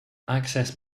access